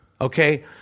Okay